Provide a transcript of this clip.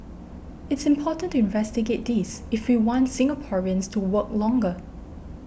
it's important to investigate this if we want Singaporeans to work longer